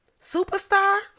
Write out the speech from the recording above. Superstar